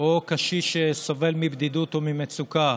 או קשיש שסובל מבדידות או ממצוקה